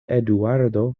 eduardo